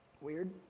Weird